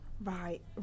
right